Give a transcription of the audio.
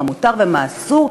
מה מותר ומה אסור,